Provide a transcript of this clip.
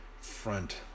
front